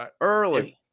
Early